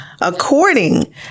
According